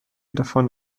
davon